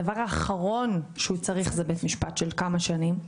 הדבר האחרון שהוא צריך זה בית משפט של כמה שנים.